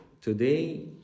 today